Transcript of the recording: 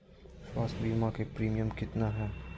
स्वास्थ बीमा के प्रिमियम कितना है?